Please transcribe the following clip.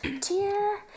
dear